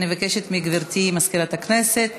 אני מבקשת מגברתי מזכירת הכנסת.